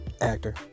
actor